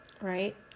right